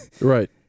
Right